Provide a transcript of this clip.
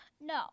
No